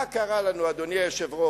מה קרה לנו, אדוני היושב-ראש?